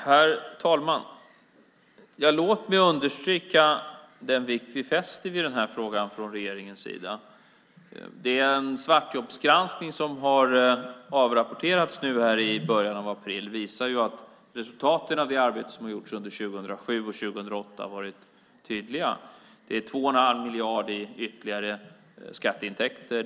Herr talman! Låt mig understryka vilken vikt vi från regeringens sida fäster vid den här frågan. Den svartjobbsgranskning som har avrapporterats i början av april visar att resultaten av det arbete som har gjorts under 2007 och 2008 har varit tydliga. Det är 2,5 miljarder ytterligare i skatteintäkter.